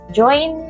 join